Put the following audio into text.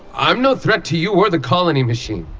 i'm no threat to you or the colony machine!